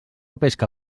pesca